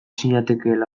zinatekeela